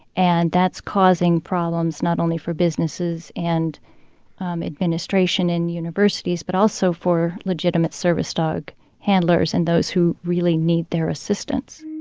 and that's causing problems not only for businesses and administration in universities but also for legitimate service dog handlers and those who really need their assistance